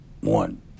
one